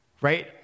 Right